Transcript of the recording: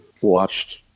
watched